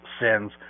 sins